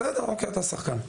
בסדר אוקיי, אתה שחקן.